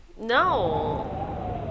No